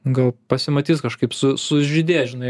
gal pasimatys kažkaip su sužydės žinai